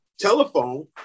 telephone